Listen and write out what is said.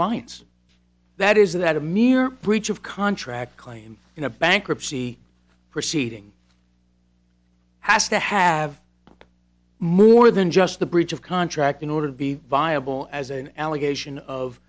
reliance that is that a mere breach of contract claim in a bankruptcy proceeding has to have more than just the breach of contract in order to be viable as an allegation of